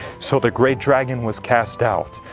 so the great dragon was cast out,